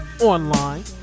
online